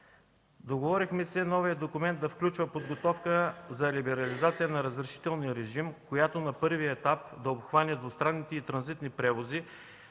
Договорихме се новият документ да включва подготовка за либерализация на разрешителния режим, която на първия етап да обхване двустранните и транзитни превози